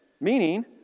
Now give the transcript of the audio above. meaning